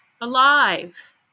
alive